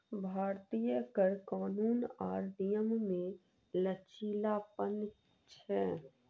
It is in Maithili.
भारतीय कर कानून आर नियम मे लचीलापन छै